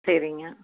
சரிங்க